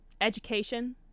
Education